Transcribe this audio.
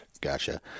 Gotcha